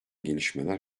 gelişmeler